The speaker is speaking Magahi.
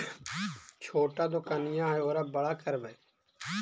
छोटा दोकनिया है ओरा बड़ा करवै?